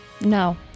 No